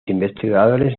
investigadores